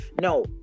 No